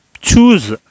choose